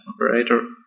operator